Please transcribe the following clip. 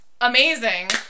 amazing